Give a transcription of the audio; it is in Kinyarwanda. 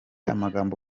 amagambo